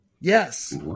Yes